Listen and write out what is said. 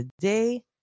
today